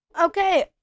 okay